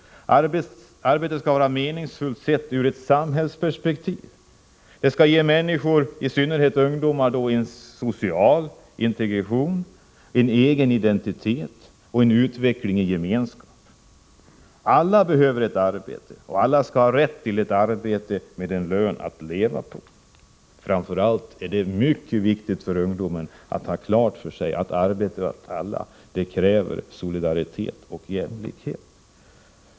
Arbetet skall vara meningsfullt sett ur samhällsperspektiv. Det skall ge människor, i synnerhet ungdomar, en social integration, en egen identitet och en utveckling i gemenskap. Alla behöver ett arbete, och alla skall ha rätt till ett arbete med en lön att leva på. Framför allt är det mycket viktigt att ungdomen har klart för sig att arbete åt alla kräver solidaritet och jämlikhet.